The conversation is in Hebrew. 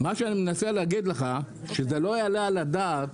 מה שאני מנסה להגיד לך, שזה לא יעלה על הדעת